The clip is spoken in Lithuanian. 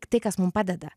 tai kas mum padeda